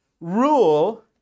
rule